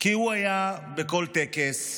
כי הוא היה בכל טקס,